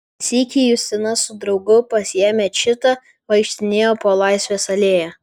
sykį justina su draugu pasiėmę čitą vaikštinėjo po laisvės alėją